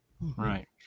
Right